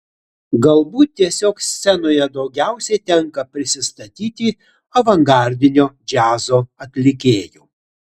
galbūt tiesiog scenoje daugiausiai tenka prisistatyti avangardinio džiazo atlikėju